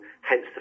Hence